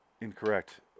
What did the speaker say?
Incorrect